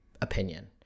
opinion